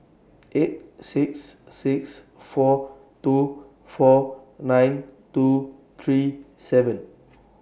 eight six six four two four nine two three seven